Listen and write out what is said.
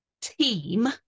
team